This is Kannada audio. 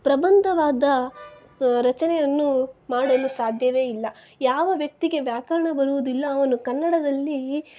ಪ್ರಬಂಧವಾದ ರಚನೆಯನ್ನು ಮಾಡಲು ಸಾಧ್ಯವೇ ಇಲ್ಲ ಯಾವ ವ್ಯಕ್ತಿಗೆ ವ್ಯಾಕರಣ ಬರುವುದಿಲ್ಲ ಅವನು ಕನ್ನಡದಲ್ಲಿ